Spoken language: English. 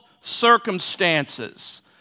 circumstances